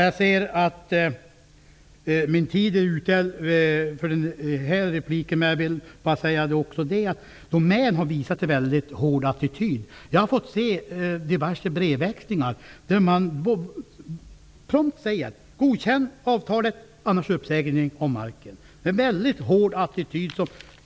Jag ser att min taletid är ute för det här inlägget, men jag vill också säga att Domän har visat en väldigt hård attityd. Jag har fått se diverse brev där man prompt säger: Godkänn avtalet, annars uppsägning från marken!